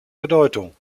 bedeutung